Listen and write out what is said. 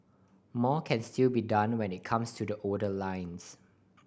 more can still be done when it comes to the older lines